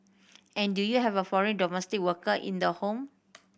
and do you have a foreign domestic worker in the home